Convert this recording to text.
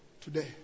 today